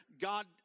God